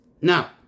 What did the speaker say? Now